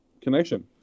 connection